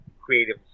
creative